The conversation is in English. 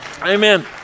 Amen